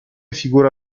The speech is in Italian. figura